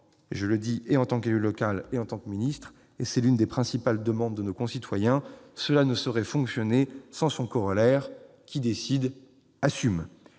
je le dis en tant qu'élu local et en tant que ministre, et c'est l'une des principales demandes de nos concitoyens -, ce principe ne saurait fonctionner sans son corollaire :« qui décide assume